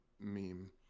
meme